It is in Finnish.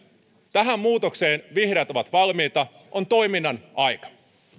tähän muutokseen vihreät ovat valmiita on toiminnan aika